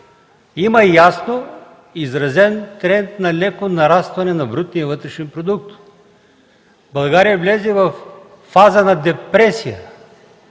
Има ясно изразен тренд на леко нарастване на брутния вътрешен продукт. България влезе във фаза на депресия